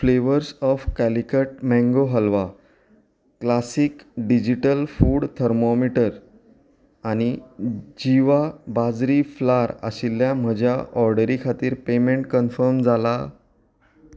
flavours of Calicut mango halwa classic digital food thermometer आनी Jiva bajri flour आशिल्ल्या म्हज्या ऑर्डरी खातीर पेमेंट कन्फर्म जाला